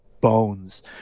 bones